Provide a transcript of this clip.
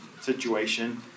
situation